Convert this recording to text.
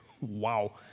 Wow